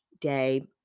day